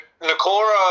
Nakora